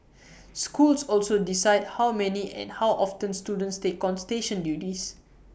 schools also decide how many and how often students take on station duties